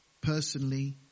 personally